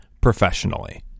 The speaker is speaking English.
professionally